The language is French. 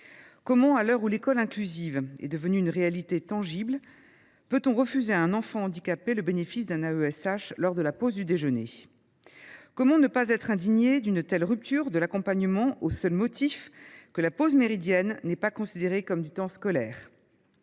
Comment, à l’heure où l’école inclusive est devenue une réalité tangible, peut on refuser à un enfant handicapé le bénéfice d’un AESH lors de la pause du déjeuner ? Comment ne pas être indigné d’une telle rupture de l’accompagnement, au seul motif que la pause méridienne n’est pas considérée comme du temps scolaire ?